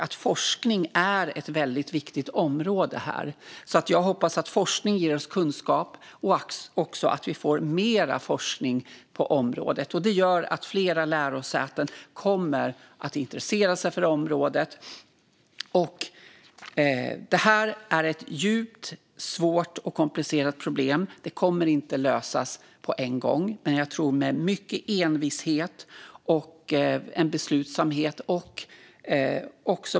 Även forskning är ett väldigt viktigt område. Det gör att fler lärosäten kommer att intressera sig för området, och jag hoppas att mer forskning ska ge oss mer kunskap. Det här är ett djupt, svårt och komplicerat problem som inte kommer att lösas på en gång. Men jag tror att det går med hjälp av mycket envishet och beslutsamhet.